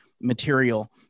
material